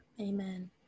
Amen